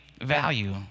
value